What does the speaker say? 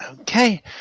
Okay